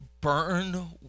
burn